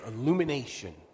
illumination